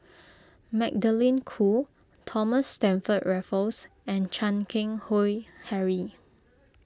Magdalene Khoo Thomas Stamford Raffles and Chan Keng Howe Harry